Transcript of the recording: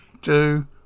two